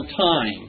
time